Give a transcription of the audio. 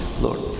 Lord